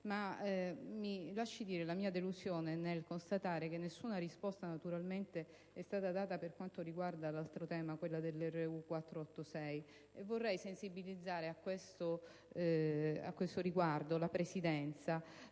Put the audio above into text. Ma mi lasci dire la mia delusione nel constatare che nessuna risposta è stata data per quanto riguarda l'altro tema, quello della RU486. Vorrei sensibilizzare a questo riguardo la Presidenza